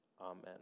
Amen